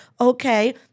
okay